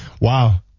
wow